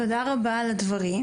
עידו, תודה על הדברים.